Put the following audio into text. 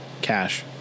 cash